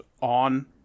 on